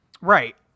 right